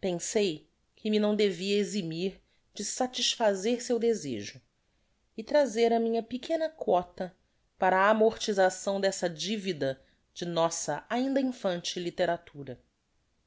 pensei que me não devia eximir de satisfazer seu desejo e trazer a minha pequena quota para a amortização desta divida de nossa ainda infante